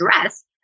dress